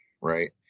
right